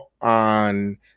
on